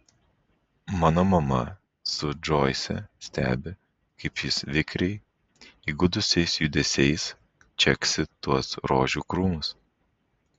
mano mama su džoise stebi kaip jis vikriai įgudusiais judesiais čeksi tuos rožių krūmus